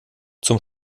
zum